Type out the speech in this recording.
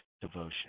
devotion